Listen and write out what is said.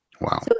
Wow